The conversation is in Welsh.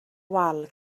wal